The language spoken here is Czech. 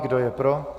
Kdo je pro?